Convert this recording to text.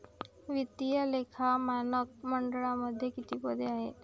वित्तीय लेखा मानक मंडळामध्ये किती पदे आहेत?